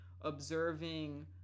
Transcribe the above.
observing